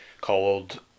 called